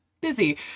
busy